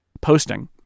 posting